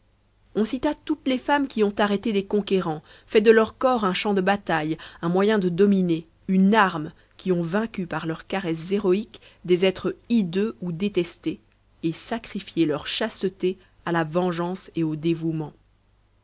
on cita toutes les femmes qui ont arrêté des conquérants fait de leur corps un champ de bataille un moyen de dominer une arme qui ont vaincu par leurs caresses héroïques des êtres hideux ou détestés et sacrifié leur chasteté à la vengeance et au dévouement